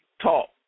talk